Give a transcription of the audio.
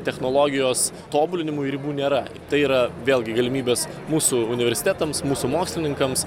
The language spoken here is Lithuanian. technologijos tobulinimui ribų nėra tai yra vėlgi galimybės mūsų universitetams mūsų mokslininkams